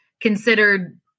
considered